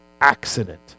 accident